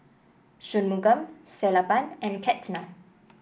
Shunmugam Sellapan and Ketna